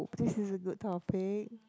this is a good topic